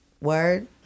word